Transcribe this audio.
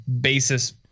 basis